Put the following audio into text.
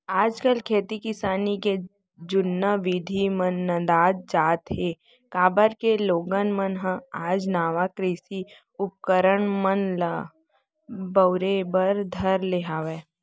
आज काल खेती किसानी के जुन्ना बिधि मन नंदावत जात हें, काबर के लोगन मन ह आज नवा कृषि उपकरन मन ल बउरे बर धर ले हवय